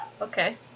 Okay